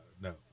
No